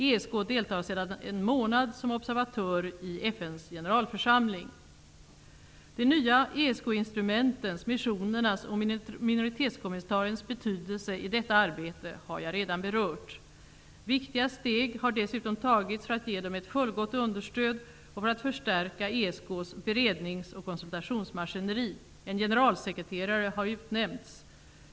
ESK deltar sedan en månad som observatör i De nya ESK-instrumentens, missionernas och minoritetskommissariens, betydelse i detta arbete har jag redan berört. Viktiga steg har dessutom tagits för att ge dem ett fullgott understöd och för att förstärka ESK:s berednings och konsultationsmaskineri. En generalsekreterare har utnämnts.